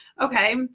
okay